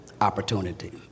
opportunity